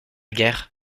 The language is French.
guerre